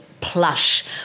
plush